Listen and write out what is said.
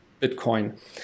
Bitcoin